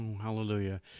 Hallelujah